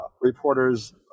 reporters